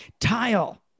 Tile